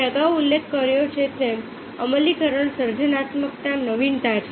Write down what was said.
મેં અગાઉ ઉલ્લેખ કર્યો છે તેમ અમલીકરણ સર્જનાત્મકતા નવીનતા છે